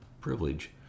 privilege